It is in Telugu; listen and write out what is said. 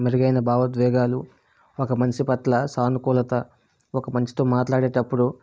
మెరుగైన భావోద్వేగాలు ఒక మనిషి పట్ల సానుకూలత ఒక మనిషితో మాట్లాడేటప్పుడు